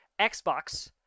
Xbox